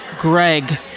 Greg